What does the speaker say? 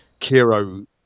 Kiro